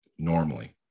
normally